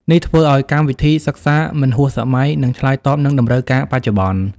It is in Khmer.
នេះធ្វើឱ្យកម្មវិធីសិក្សាមិនហួសសម័យ និងឆ្លើយតបនឹងតម្រូវការបច្ចុប្បន្ន។